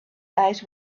eyes